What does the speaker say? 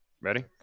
Ready